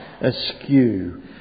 askew